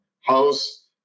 house